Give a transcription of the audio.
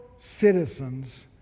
citizens